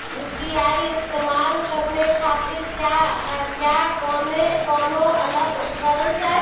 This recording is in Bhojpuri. यू.पी.आई इस्तेमाल करने खातिर क्या कौनो अलग उपकरण चाहीं?